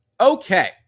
Okay